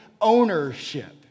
ownership